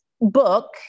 book